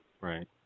Right